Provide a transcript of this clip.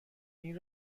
این